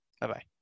Bye-bye